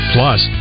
Plus